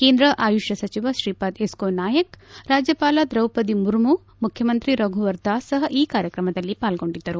ಕೇಂದ್ರ ಆಯುಷ್ ಸಚಿವ ಶ್ರೀಪಾದ್ ಯೆಸ್ನೋ ನಾಯಕ್ ರಾಜ್ಜಪಾಲ ದ್ರೌಪದಿ ಮುರ್ಮು ಮುಖ್ಯಮಂತ್ರಿ ರಘುವರ್ ದಾಸ್ ಸಹ ಈ ಕಾರ್ಯಕ್ರಮದಲ್ಲಿ ಪಾಲ್ಗೊಂಡಿದ್ದರು